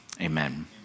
amen